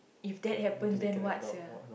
if that happens then what sia